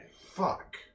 Fuck